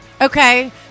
Okay